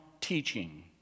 teaching